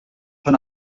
von